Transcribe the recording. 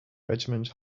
regiment